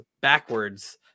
backwards